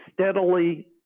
steadily